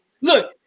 Look